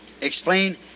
explain